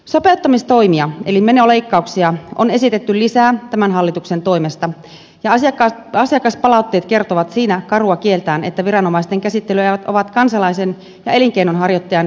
sopeuttamistoimia eli menoleikkauksia on esitetty lisää tämän hallituksen toimesta ja asiakaspalautteet kertovat siinä karua kieltään että viranomaisten käsittelyajat ovat kansalaisen ja elinkeinonharjoittajan kannalta pitkät